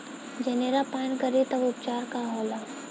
जनेरा पान करी तब उपचार का होखेला?